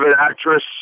Actress